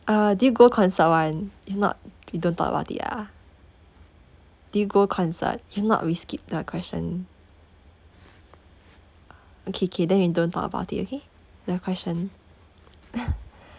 uh do you go concert [one] if not we don't talk about it ah do you go concert can or not we skip the question okay okay then we don't talk about it okay the question